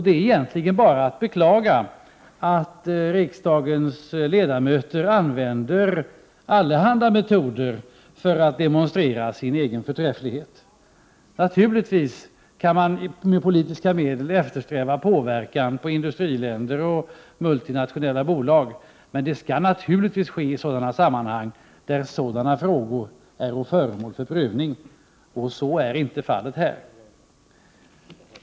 Det är egentligen bara att beklaga att riksdagens ledamöter använder allehanda metoder för att demonstrera sin egen förträfflighet. Naturligtvis kan man med politiska medel eftersträva påverkan på industriländer och multinationella bolag, men det skall ske i de sammanhang där sådana frågor är föremål för prövning. Så är här inte fallet.